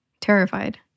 terrified